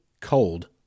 cold